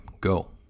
Go